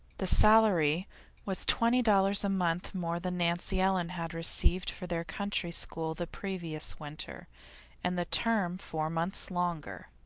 the salary was twenty dollars a month more than nancy ellen had received for their country school the previous winter and the term four months longer.